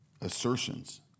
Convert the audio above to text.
assertions